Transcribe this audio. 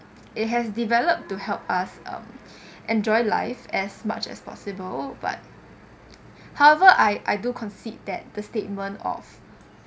it has develop to help us um enjoy life as much as possible but however I I do concede that the statement of